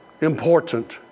important